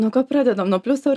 nuo ko pradedam nuo pliuso ar